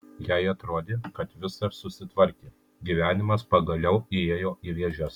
jai atrodė kad visa susitvarkė gyvenimas pagaliau įėjo į vėžes